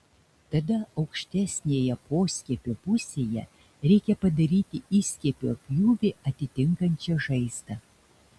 tada aukštesnėje poskiepio pusėje reikia padaryti įskiepio pjūvį atitinkančią žaizdą